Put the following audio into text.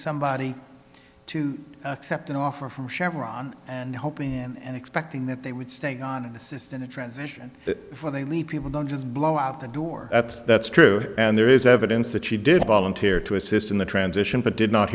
somebody to accept an offer from chevron and hoping and expecting that they would stay on and assist in the transition before they leave people don't just blow out the door that's that's true and there is evidence that she did volunteer to assist in the transition but did not